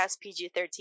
PG-13